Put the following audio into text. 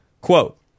quote